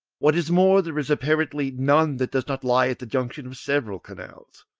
what is more, there is apparently none that does not lie at the junction of several canals.